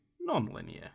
non-linear